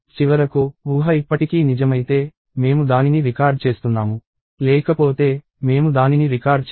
చివరకు ఊహ ఇప్పటికీ నిజమైతే మేము దానిని రికార్డ్ చేస్తున్నాము లేకపోతే మేము దానిని రికార్డ్ చేయము